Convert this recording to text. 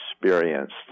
experienced